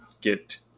get